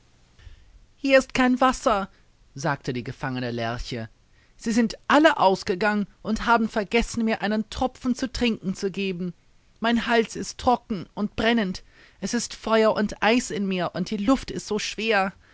hier ist kein wasser sagte die gefangene lerche sie sind alle ausgegangen und haben vergessen mir einen tropfen zu trinken zu geben mein hals ist trocken und brennend es ist feuer und eis in mir und die luft ist so schwer